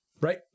Right